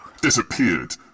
Disappeared